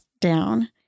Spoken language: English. down